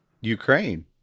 Ukraine